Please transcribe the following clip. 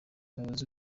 umuyobozi